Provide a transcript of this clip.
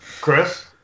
Chris